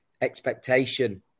expectation